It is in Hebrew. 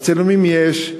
אז צילומים יש.